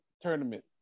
tournament